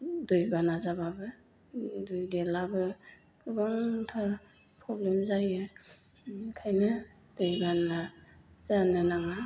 दै बाना जाब्लाबो दै देरलाबो गोबांथार प्रब्लेम जायो ओंखायनो दैबाना जानो नाङा